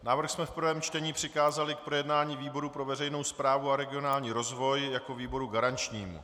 Návrh jsme v prvém čtení přikázali k projednání výboru pro veřejnou správu a regionální rozvoj jako výboru garančnímu.